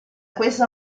questo